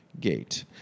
gate